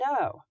No